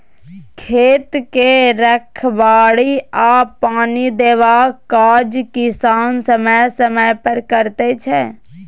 खेत के रखबाड़ी आ पानि देबाक काज किसान समय समय पर करैत छै